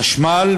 חשמל,